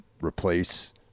replace